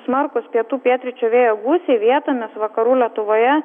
smarkūs pietų pietryčių vėjo gūsiai vietomis vakarų lietuvoje